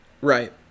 Right